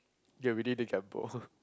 get ready to gamble